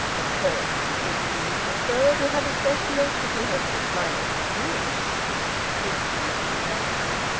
of course, if he thinks he would prefer to have a specialist, if he has the slightest wish this from auntie hamps.